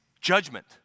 judgment